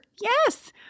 yes